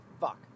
fuck